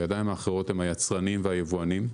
הידיים האחרות הם היצרנים והיבואנים,